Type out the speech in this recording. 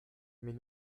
mais